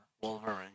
Wolverine